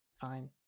fine